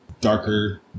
darker